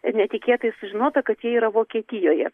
netikėtai sužinota kad jie yra vokietijoje